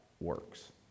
works